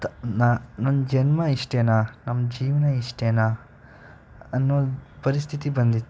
ತ ನ ನನ್ನ ಜನ್ಮ ಇಷ್ಟೇನಾ ನಮ್ಮ ಜೀವನ ಇಷ್ಟೇನಾ ಅನ್ನೋ ಒಂದು ಪರಿಸ್ಥಿತಿ ಬಂದಿತ್ತು